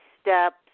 steps